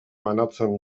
banatzen